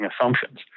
assumptions